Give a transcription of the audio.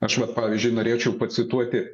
aš vat pavyzdžiui norėčiau pacituoti